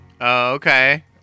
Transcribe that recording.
Okay